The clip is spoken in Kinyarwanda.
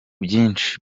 byinshi